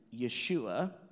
Yeshua